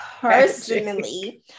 personally